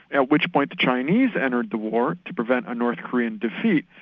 at which point the chinese entered the war to prevent a north korean defeat,